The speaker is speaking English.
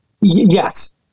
yes